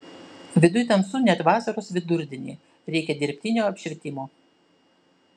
viduj tamsu net vasaros vidurdienį reikia dirbtino apšvietimo